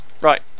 Right